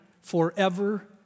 forever